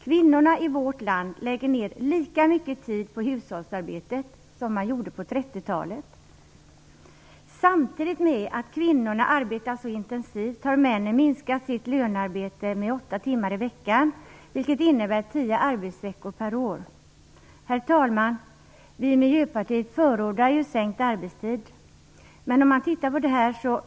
Kvinnorna i vårt land lägger ned lika mycket tid på hushållsarbetet som de gjorde på 30-talet. Samtidigt med att kvinnorna arbetar så intensivt har männen minskat sitt lönearbete med åtta timmar i veckan, vilket innebär tio arbetsveckor per år. Herr talman! Vi i Miljöpartiet förordar sänkt arbetstid.